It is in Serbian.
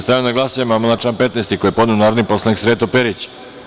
Stavljam na glasanje amandman na član 15. koji je podneo narodni poslanik Sreto Perić.